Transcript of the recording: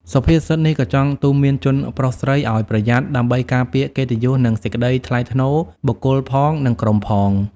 សុភាសិតនេះក៏ចង់ទូន្មានជនប្រុសស្រី ឲ្យប្រយ័ត្នដើម្បីការពារកិត្តិយសនិងសេចក្តីថ្លៃថ្នូរបុគ្គលផងនិងក្រុមផង។